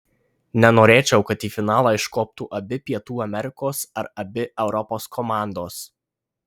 nenorėčiau kad į finalą iškoptų abi pietų amerikos ar abi europos komandos